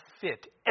fit